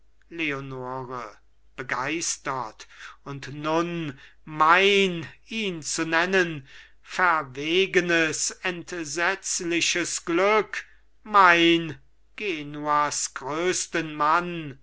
leonore begeistert und nun mein ihn zu nennen verwegenes entsetzliches glück mein genuas größten mann